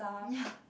ya